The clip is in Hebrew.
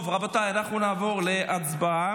רבותיי, נא להתיישב.